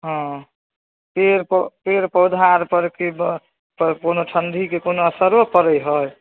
हँ पेड़ पेड़ पौधा आर पर की कोनो ठंडीके कोनो असरो पड़ए हय